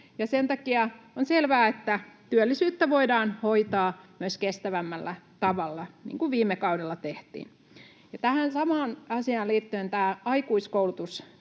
sen takia on selvää, että työllisyyttä voidaan hoitaa myös kestävämmällä tavalla, niin kuin viime kaudella tehtiin. Tähän samaan asiaan liittyen aikuiskoulutustuen